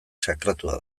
sakratua